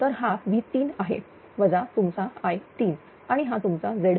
तर हा V3आहे वजा तुमचा I3 आणि हा तुमचा Z3